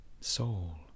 soul